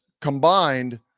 combined